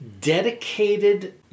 dedicated